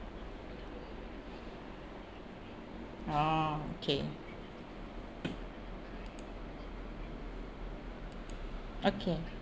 orh okay okay